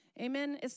Amen